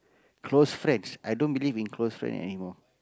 close friends i don't believe in close friend anymore